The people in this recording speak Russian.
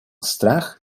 страх